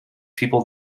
people